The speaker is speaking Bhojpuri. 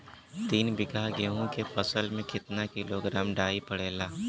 तीन बिघा गेहूँ के फसल मे कितना किलोग्राम डाई पड़ेला?